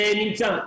זה נמצא.